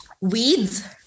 weeds